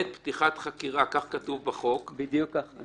פתיחת חקירה, כך כתוב בחוק --- אני